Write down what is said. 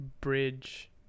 bridge